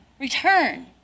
Return